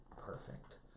perfect